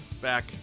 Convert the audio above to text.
back